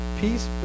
peace